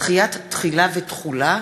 דחיית תחילה ותחולה),